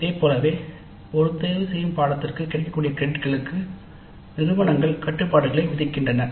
இதைப் போலவே ஒரு தேர்தலுக்குக் கிடைக்கக்கூடிய கிரெடிட்களுக்கு நிறுவனங்கள் கட்டுப்பாடுகளை விதிக்கின்றன